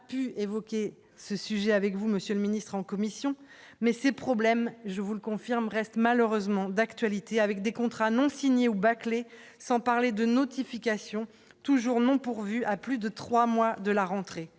j'ai déjà pu évoquer ce sujet avec vous, monsieur le ministre, en commission, mais ces problèmes, je vous le confirme, reste malheureusement d'actualité, avec des contrats non signés ou bâclée, sans parler de notification toujours non pourvus à plus de 3 mois de la rentrée,